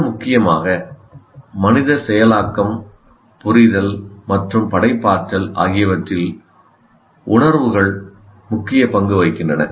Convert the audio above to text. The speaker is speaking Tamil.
மிக முக்கியமாக மனித செயலாக்கம் புரிதல் மற்றும் படைப்பாற்றல் ஆகியவற்றில் உணர்வுகள் முக்கிய பங்கு வகிக்கின்றன